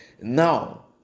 Now